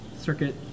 circuit